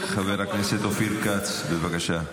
חבר הכנסת אופיר כץ, בבקשה.